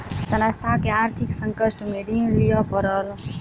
संस्थान के आर्थिक संकट में ऋण लिअ पड़ल